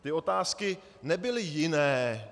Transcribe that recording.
Ty otázky nebyly jiné.